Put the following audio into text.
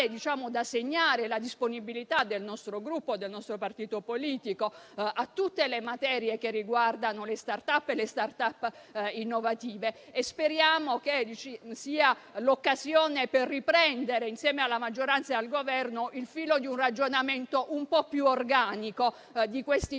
da segnare la disponibilità del nostro Gruppo e del nostro partito politico nei confronti di tutte le materie che riguardano le *start-up* e le *start-up* innovative. Speriamo che ci sia l'occasione per riprendere insieme alla maggioranza e al Governo il filo di un ragionamento un po' più organico di questi interventi,